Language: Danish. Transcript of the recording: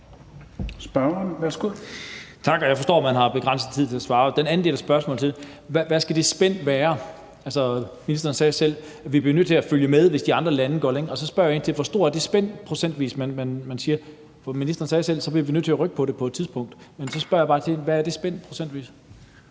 hvad det spænd procentvis